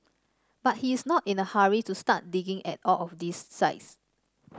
but he is not in a hurry to start digging at all of these sites